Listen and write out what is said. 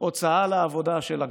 הוצאה לעבודה של הגברים,